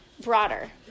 broader